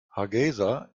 hargeysa